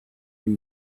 who